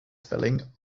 spelling